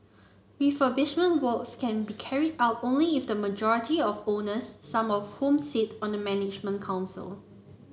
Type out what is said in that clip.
refurbishment works can be carried out only if the majority of owners some of whom sit on the management council